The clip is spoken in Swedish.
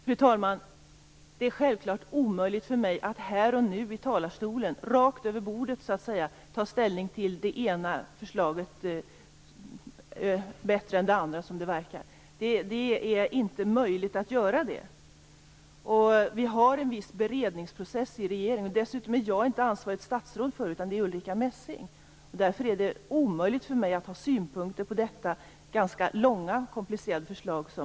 Fru talman! Det är självklart omöjligt för mig att här och nu i denna talarstol - rakt över bordet så att säga - ta ställning till det ena förslaget bättre än det andra, som det verkar vara. Vi har ju en viss beredningsprocess i regeringen. Dessutom är jag inte det ansvariga statsrådet, utan det är Ulrica Messing som är det. Därför är det omöjligt för mig att ha synpunkter på det ganska långa och komplicerade förslag som